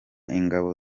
ingabo